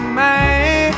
man